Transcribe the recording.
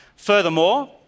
Furthermore